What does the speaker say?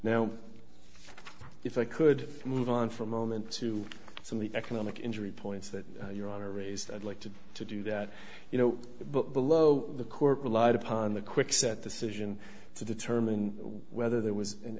now if i could move on for a moment to some of the economic injury points that your honor raised i'd like to to do that you know but below the court relied upon the quickset decision to determine whether there was an